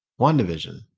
wandavision